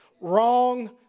wrong